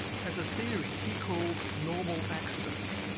has a theory he calls normal accidents.